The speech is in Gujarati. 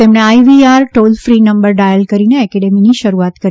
તેમણે IVR toll free number dial કરીને એકેડેમીની શરૂઆત કરી